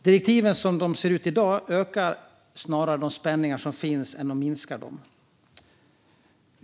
Direktiven som de ser ut i dag ökar snarare än minskar de spänningar som finns.